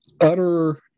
utter